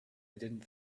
didn’t